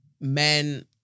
men